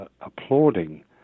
applauding